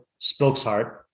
spokesheart